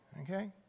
okay